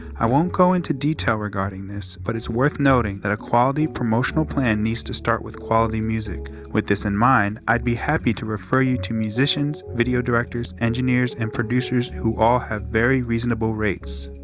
i won't go into detail regarding this, but it's worth noting, that a quality promotional plan needs to start with quality music. with this in mind, i'd be happy to refer you to musicians, video directors, engineers and producers who all have very reasonable rates.